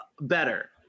better